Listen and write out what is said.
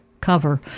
cover